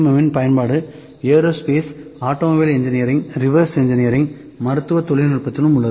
M இன் பயன்பாடு aerospace automobile engineering reverse engineering மருத்துவ தொழில்நுட்பத்திலும் உள்ளது